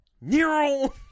Nero